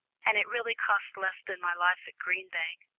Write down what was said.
and it really cost less than my life at green bank,